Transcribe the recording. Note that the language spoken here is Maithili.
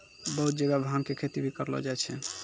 बहुत जगह भांग के खेती भी करलो जाय छै